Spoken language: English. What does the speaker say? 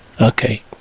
Okay